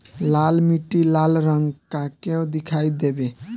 लाल मीट्टी लाल रंग का क्यो दीखाई देबे?